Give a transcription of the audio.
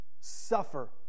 suffer